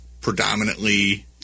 predominantly